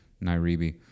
Nairobi